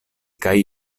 kaj